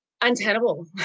untenable